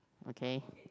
okay